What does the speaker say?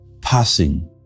passing